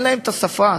אין להם את השפה.